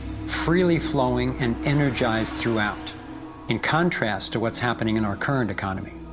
freely flowing, and energized throughout in contrast to what's happening in our current economy.